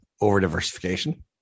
over-diversification